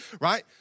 right